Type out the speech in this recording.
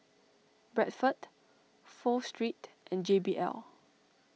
Bradford Pho Street and J B L